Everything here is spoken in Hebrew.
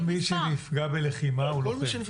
כל מי שנפגע בלחימה הוא לוחם.